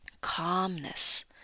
calmness